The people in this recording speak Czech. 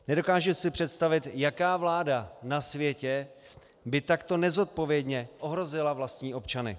Nedokážu si představit, jaká vláda na světě by takto nezodpovědně ohrozila vlastní občany.